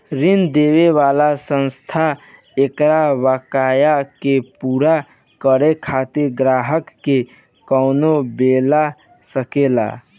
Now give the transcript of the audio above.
ऋण देवे वाला संस्था एकर बकाया के पूरा करे खातिर ग्राहक के कबो बोला सकेला